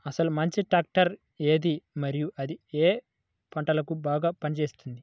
అసలు మంచి ట్రాక్టర్ ఏది మరియు అది ఏ ఏ పంటలకు బాగా పని చేస్తుంది?